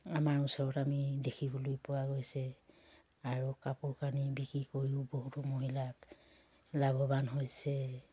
আমাৰ ওচৰত আমি দেখিবলৈ পোৱা গৈছে আৰু কাপোৰ কানি বিক্ৰী কৰিও বহুতো মহিলা লাভৱান হৈছে